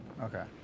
Okay